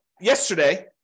yesterday